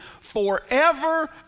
forever